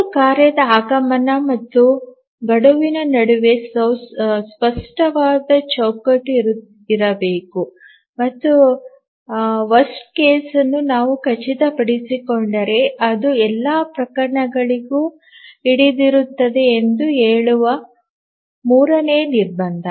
ಒಂದು ಕಾರ್ಯದ ಆಗಮನ ಮತ್ತು ಗಡುವಿನ ನಡುವೆ ಸ್ಪಷ್ಟವಾದ ಚೌಕಟ್ಟು ಇರಬೇಕು ಮತ್ತು ಕೆಟ್ಟ ಪ್ರಕರಣವನ್ನು ನಾವು ಖಚಿತಪಡಿಸಿಕೊಂಡರೆ ಅದು ಎಲ್ಲಾ ಪ್ರಕರಣಗಳಿಗೂ ಹಿಡಿದಿರುತ್ತದೆ ಎಂದು ಹೇಳುವ ಮೂರನೆಯ ನಿರ್ಬಂಧ